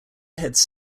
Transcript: heads